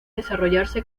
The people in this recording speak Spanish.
desarrollarse